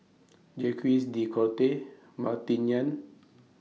Jacques De Coutre Martin Yan